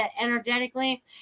energetically